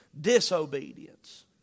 disobedience